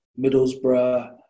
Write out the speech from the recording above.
Middlesbrough